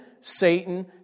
Satan